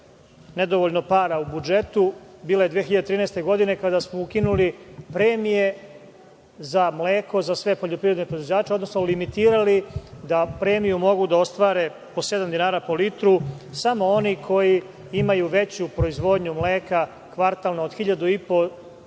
nedovoljno para u budžetu bila je 2013. godine kada smo ukinuli premije za mleko za sve poljoprivredne proizvođače, odnosno limitirali da premiju mogu da ostvare po sedam dinara po litru samo oni koji imaju veću proizvodnju mleka, kvartalno, od hiljadu i